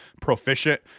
proficient